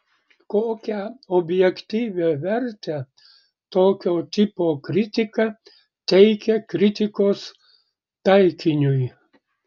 kokią objektyvią vertę tokio tipo kritika teikia kritikos taikiniui